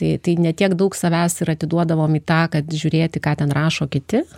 tai tai ne tiek daug savęs ir atiduodavom į tą kad žiūrėti ką ten rašo kiti